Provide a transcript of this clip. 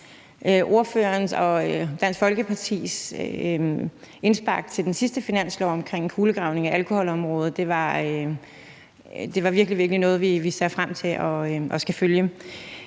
ordførerens og Dansk Folkepartis indspark til den sidste finanslov i forhold til en kulegravning af alkoholområdet. Det er virkelig, virkelig noget, vi ser frem til at følge.